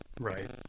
Right